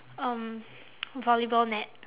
um volleyball net